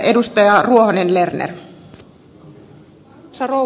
arvoisa rouva puhemies